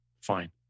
fine